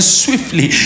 swiftly